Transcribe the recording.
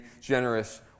generous